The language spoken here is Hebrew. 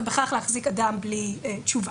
ובכך להחזיק אדם בלי תשובה.